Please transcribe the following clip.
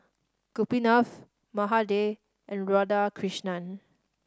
Gopinath Mahade and Radhakrishnan